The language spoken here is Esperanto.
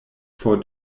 for